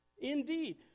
indeed